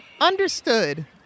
Understood